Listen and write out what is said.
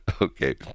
Okay